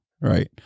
right